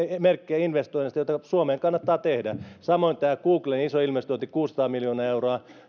merkkejä investoinneista joita suomeen kannattaa tehdä samoin tämä googlen iso investointi kuusisataa miljoonaa euroa